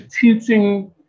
teaching